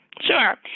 Sure